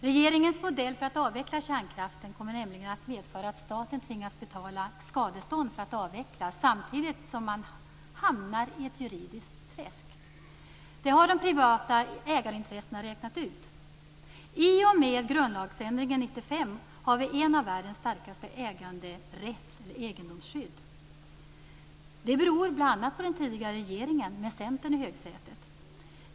Regeringens modell för att avveckla kärnkraften kommer nämligen att medföra att staten tvingas betala skadestånd för att avveckla, samtidigt som man hamnar i ett juridiskt träsk. Det har de privata ägarintressena räknat ut. I och med grundlagsändringen 1995 har vi ett av världens starkaste egendomsskydd. Det beror bl.a. på den tidigare regeringen, med Centern i högsätet.